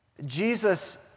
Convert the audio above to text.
Jesus